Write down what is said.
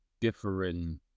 different